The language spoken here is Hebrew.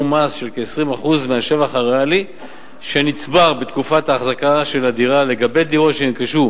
כ-20% מהשבח הריאלי שנצבר בתקופת ההחזקה של הדירה לגבי דירות שנרכשו